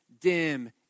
dim